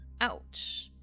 Ouch